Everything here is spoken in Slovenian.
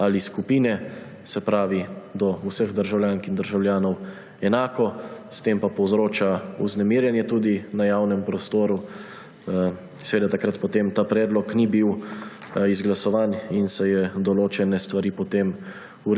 ali skupine, se pravi do vseh državljank in državljanov enako, s tem pa povzroča tudi vznemirjenje na javnem prostoru. Seveda takrat potem ta predlog ni bil izglasovan in se je določene stvari potem